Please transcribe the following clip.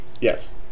Yes